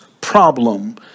Problem